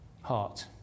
heart